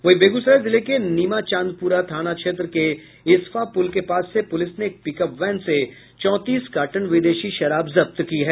वहीं बेगूसराय जिले के नीमाचांदपुरा थाना क्षेत्र के इसफा पुल के पास से पुलिस ने एक पिकअप वैन से चौंतीस कार्टन विदेशी शराब जब्त किया है